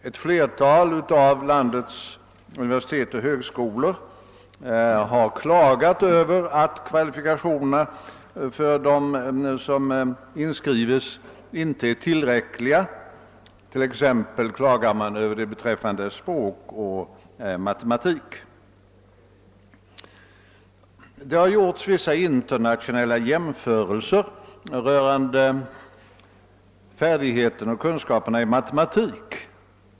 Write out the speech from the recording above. Ett flertal av landets universitet och högskolor har klagat över att kvalifikationerna för dem som inskrivs inte är tillräckliga; detta gäller t.ex. i språk och matematik. Det har gjorts vissa internationella jämförelser rörande färdigheterna och kunskaperna i matematik.